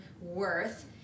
worth